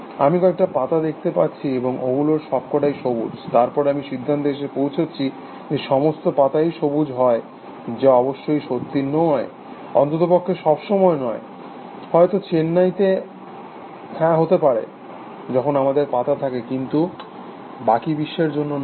আমি কয়েকটা পাতা দেখতে পাচ্ছি এবং ওগুলোর সবকটাই সবুজ তারপরে আমি সিদ্ধান্তে এসে পৌঁছচ্ছি যে সমস্ত পাতাই সবুজ হয় যা অবশ্যই সত্যি নয় অন্ততপক্ষে সবসময় নয় হয়ত চেন্নাইতে হ্যাঁ হতে পারে যখন আমাদের পাতা থাকে কিন্তু বাকি বিশ্বের জন্য নয়